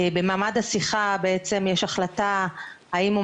במעמד השיחה בעצם יש החלטה האם הוא